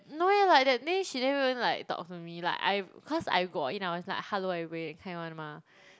no eh like that day she never even like talk to me like I cause I go in was like hello everybody that kind [one] mah